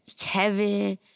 Kevin